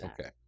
Okay